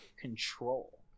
control